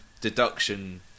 deduction